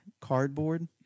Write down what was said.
cardboard